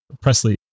presley